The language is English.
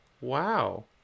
Wow